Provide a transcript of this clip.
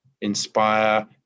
inspire